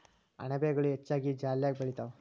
ಅಣಬೆಗಳು ಹೆಚ್ಚಾಗಿ ಜಾಲ್ಯಾಗ ಬೆಳಿತಾವ